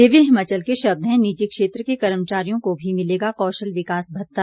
दिव्य हिमाचल के शब्द हैं निजी क्षेत्र के कर्मचारियों को भी मिलेगा कौशल विकास भत्ता